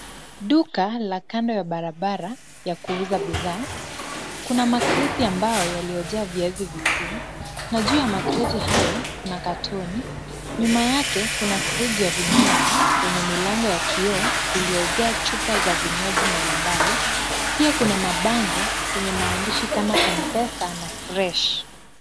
Duka la kando ya barabara ya kuuza bidhaa. Kuna makreti ambayo yaliyojaa viazi vikuu, na juu ya makreti hayo kuna katoni. Nyuma yake kuna friji ya vinywaji yenye milango ya kioo iliyojaa chupa za vinywaji mbalimbali. Pia kuna mabango yenye maandishi kama M-Pesa na Fresh .